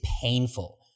painful